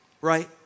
right